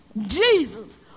Jesus